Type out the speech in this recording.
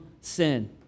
sin